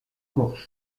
course